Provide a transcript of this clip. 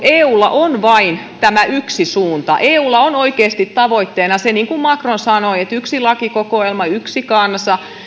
eulla on vain tämä yksi suunta eulla on oikeasti tavoitteena se niin kuin macron sanoi että yksi lakikokoelma yksi kansa